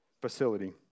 facility